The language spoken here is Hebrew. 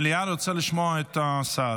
המליאה רוצה לשמוע את השר.